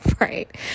right